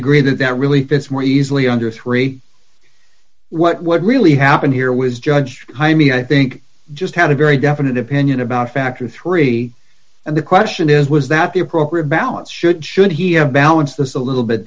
agree that that really fits more easily under three what really happened here was judge jaime i think just had a very definite opinion about factor three and the question is was that the appropriate balance should should he have balanced this a little bit